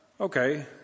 okay